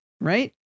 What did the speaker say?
right